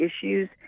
issues